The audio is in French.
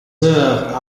heures